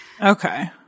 Okay